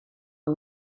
amb